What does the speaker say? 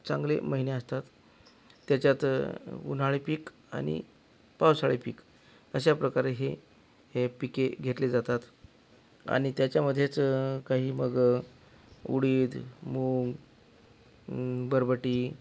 चांगले महिने असतात त्याच्यात उन्हाळी पीक आणि पावसाळी पीक अशाप्रकारे ही ही पिके घेतली जातात आणि त्याच्यामध्येच काही मग उडीद मूग बरबटी